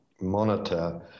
monitor